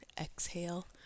Exhale